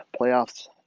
playoffs